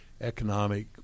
economic